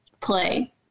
play